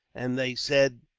and they said,